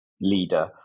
leader